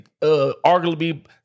arguably